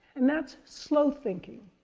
and that's slow thinking.